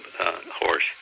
horse